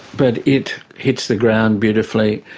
but it hits the ground beautifully,